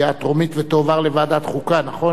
הכללת עבירת נהיגה בשכרות),